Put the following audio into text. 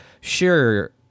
sure